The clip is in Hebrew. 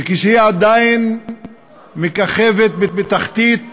וכשהיא עדיין מככבת בתחתית